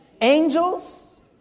angels